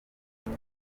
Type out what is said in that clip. miss